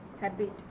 habit